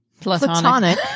platonic